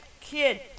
kid